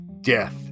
death